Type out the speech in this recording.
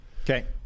okay